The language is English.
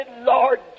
Lord